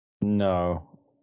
no